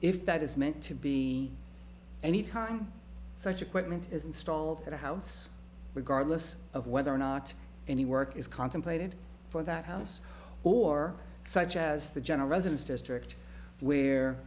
if that is meant to be any time such equipment is installed in a house regardless of whether or not any work is contemplated for that house or such as the general residence district where